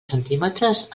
centímetres